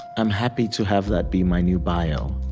i'm happy to have that be my new bio